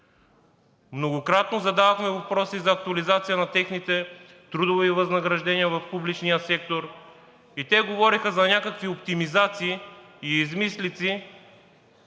Многократно задавахме въпроси за актуализация на техните трудови възнаграждения в публичния сектор. Те говореха за някакви оптимизации и измислици,